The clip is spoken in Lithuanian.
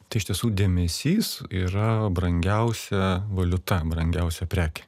tai iš tiesų dėmesys yra brangiausia valiuta brangiausia prekė